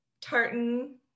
tartan